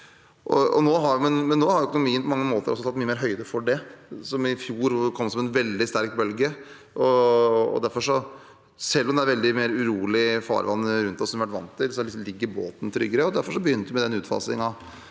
Nå har økonomien på mange måter tatt mye mer høyde for det som i fjor kom som en veldig sterk bølge. Derfor, selv om det er mye mer urolig farvann rundt oss enn vi har vært vant til, ligger båten tryggere. Derfor begynte vi med den utfasingen